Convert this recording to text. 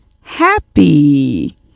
happy